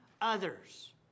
others